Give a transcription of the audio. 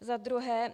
Za druhé.